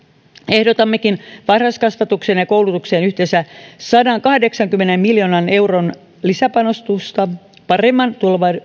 ehdotammekin varhaiskasvatukseen ja koulutukseen yhteensä sadankahdeksankymmenen miljoonan euron lisäpanostusta paremman